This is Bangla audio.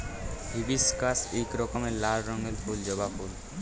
হিবিশকাস ইক রকমের লাল রঙের ফুল জবা ফুল